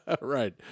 Right